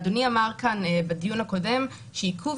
אדוני אמר כאן בדיון הקודם שעיכוב